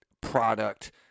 product